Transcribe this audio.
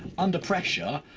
under pressure.